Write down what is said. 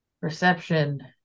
Perception